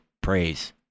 praise